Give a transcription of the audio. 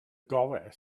gorau